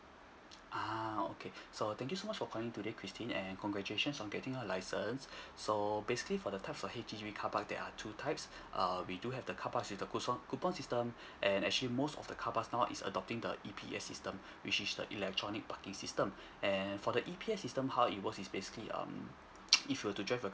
uh okay so thank you so much for calling today christine and congratulations on getting a license so basically for the type for H_D_B car park there are two types err we do have the car parks with the coupon coupon system and actually most of the car parks now is adopting the E_P_S system which is the electronic parking system and for the E_P_S system how it works is basically um if you were to drive your